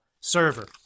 server